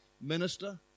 minister